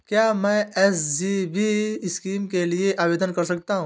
क्या मैं SGB scheme के लिए आवेदन कर सकता हूँ?